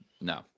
No